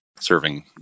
serving